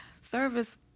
Service